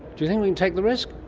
do you think we can take the risk?